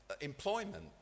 Employment